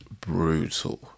brutal